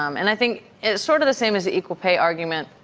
um and i think sort of the same as the equal pay argument,